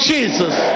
Jesus